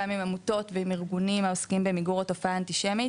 גם עם עמותות ועם ארגונים העוסקים במיגור התופעה האנטישמית.